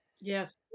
Yes